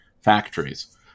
factories